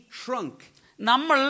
shrunk